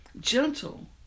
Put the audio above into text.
gentle